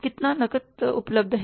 कितना नकद उपलब्ध है